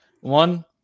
One